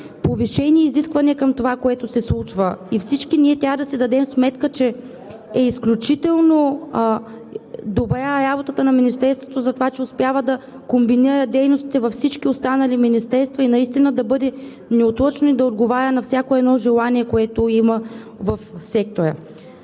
повишени изисквания към това, което се случва. Всички трябва да си дадем сметка, че работата на Министерството е изключително добра за това, че успява да комбинира дейностите във всички останали министерства, наистина да бъде неотлъчно и да отговаря на всяко едно желание, което има в сектора.